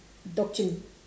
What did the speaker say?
dog chimp